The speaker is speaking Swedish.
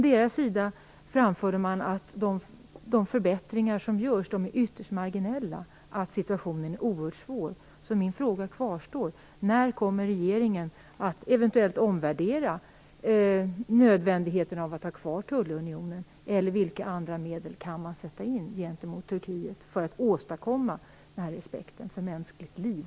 Det framfördes då att de förbättringar som görs är ytterst marginella och att situationen är oerhört svår. Min fråga kvarstår alltså. När kommer regeringen att eventuellt omvärdera nödvändigheten av att ha kvar tullunionen? Vilka medel kan man annars sätta in mot Turkiet för att åstadkomma respekt för mänskligt liv?